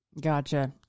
Gotcha